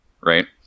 right